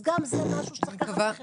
אז גם זה משהו שצריך לקחת בחשבון.